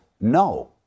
no